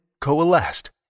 coalesced